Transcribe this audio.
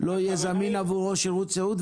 לא יהיה זמין עבורו שירות סיעוד,